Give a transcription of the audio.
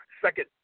second